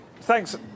thanks